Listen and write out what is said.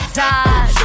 die